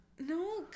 No